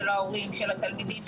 ההורים והתלמידים,